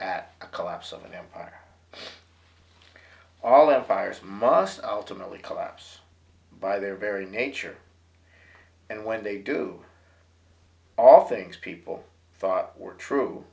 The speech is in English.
at a collapse of an empire all the fires must ultimately collapse by their very nature and when they do all things people were true